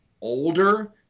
older